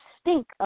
stink